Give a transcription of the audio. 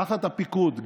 תחת הפיקוד,